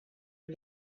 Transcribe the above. een